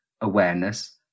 awareness